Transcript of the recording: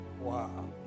Wow